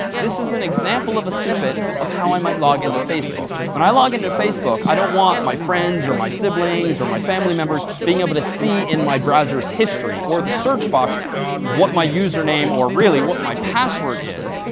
this is an example of a snippet of how i might log into facebook. when i log in to facebook, i don't want my friends or my siblings or my family members being able to see in my browser's history or the search box what my user name or really what my password is.